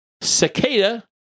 cicada